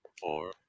four